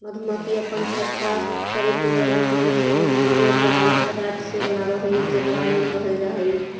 मधुमक्खी अपन छत्ता शरीर के ग्रंथियन से निकले बला पदार्थ से बनाब हई जेकरा मोम कहल जा हई